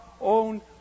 own